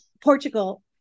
Portugal